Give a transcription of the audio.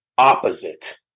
opposite